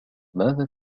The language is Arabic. ماذا